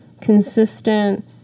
consistent